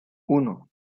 uno